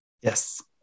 Yes